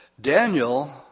Daniel